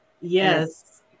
Yes